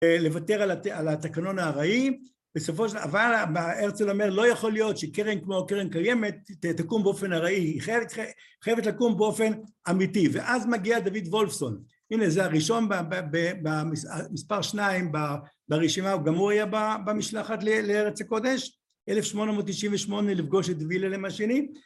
אה... לוותרר על הת... על התקנון הארעי. בסופו של... אבל... ב... הרצל אומר לא יכול להיות שקרן כמו קרן קיימת ת... תקום באופן ארעי. היא חייבת... חייבת לקום באופן אמיתי. ואז מגיע דוד וולפסון, הנה זה הראשון ב... ב... ב... במס... מספר שניים ברשימה, גם הוא היה במשלחת ל... לארץ הקודש, 1898, לפגוש את ווילהלם השני...